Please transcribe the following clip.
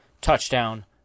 touchdown